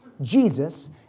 Jesus